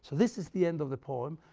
so this is the end of the poem.